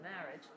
marriage